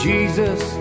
Jesus